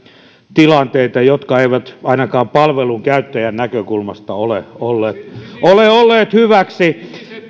tilanteita jotka eivät ainakaan palvelun käyttäjän näkökulmasta ole olleet ole olleet hyväksi